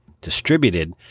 distributed